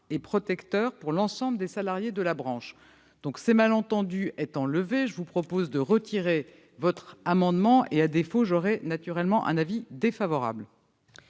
et protecteurs pour l'ensemble des salariés de la branche. Ces malentendus étant levés, je vous suggère de retirer votre amendement ; à défaut, j'émettrai naturellement un avis défavorable.